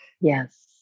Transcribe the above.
Yes